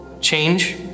change